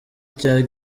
cya